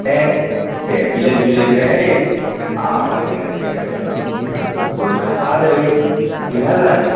हेँ से मिलैत जुलैत रहै आ अहाँके नहि से भोट खसा देबै बुझल ने